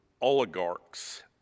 oligarchs